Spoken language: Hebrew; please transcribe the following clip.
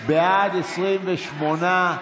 בעד, 28,